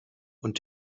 und